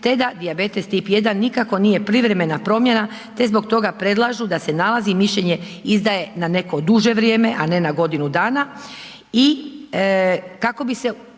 te da dijabetes tip 1 nikako nije privremena promjena te zbog toga predlažu da se nalaz i mišljenje izdaje na neko duže vrijeme, a ne na godinu dana